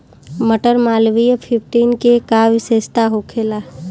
मटर मालवीय फिफ्टीन के का विशेषता होखेला?